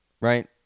right